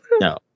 No